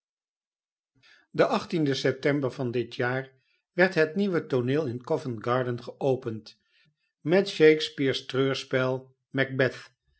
den den september van dit jaar werd net nieuwe tooneel in covent-garden geopend met shakespeare's treurspel macbeth